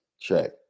check